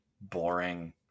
boring